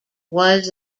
was